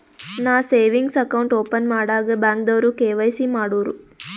ನಾ savings account open ಮಾಡಾಗ್ ಬ್ಯಾಂಕ್ದವ್ರು ಕೆ.ವೈ.ಸಿ ಮಾಡೂರು